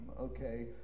okay